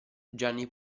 gianni